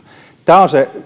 tämä on se